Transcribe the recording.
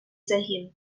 загін